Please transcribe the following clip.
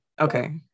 Okay